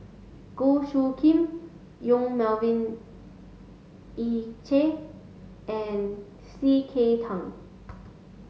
Goh Soo Khim Yong Melvin Yik Chye and C K Tang